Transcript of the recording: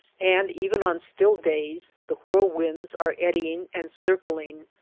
and even on still days the whirlwinds are eddying and circling,